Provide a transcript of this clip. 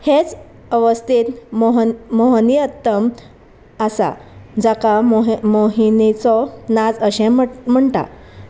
हेच अवस्थेंत मोहन मोहनी अत्तम आसा जाका मोहे मोहिनेचो नाच अशें म्हणटा